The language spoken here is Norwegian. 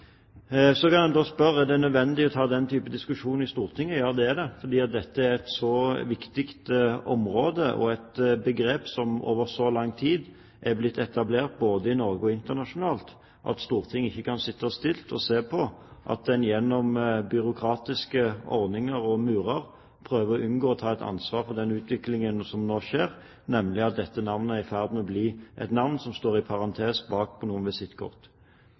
Så kan en spørre om det er nødvendig å ta den typen diskusjon i Stortinget. Ja, det er det, for dette er et så viktig område og et begrep som over lang tid er blitt etablert både i Norge og internasjonalt, at Stortinget ikke kan sitte stille og se på at en gjennom byråkratiske ordninger og murer prøver å unngå å ta ansvar for den utviklingen som nå skjer, nemlig at dette navnet er i ferd med å bli et navn som står i parentes bak på noen